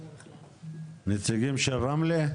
נציגים של רמלה?